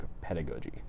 pedagogy